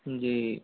जी